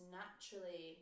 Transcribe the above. naturally